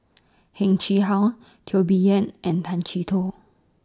Heng Chee How Teo Bee Yen and Tay Chee Toh